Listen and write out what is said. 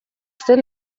zen